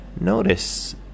Notice